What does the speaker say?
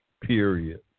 Period